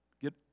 Get